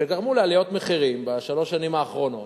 וגרמו לעליות מחירים בשלוש השנים האחרונות,